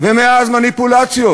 ומאז, מניפולציות.